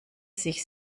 sich